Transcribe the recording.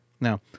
Now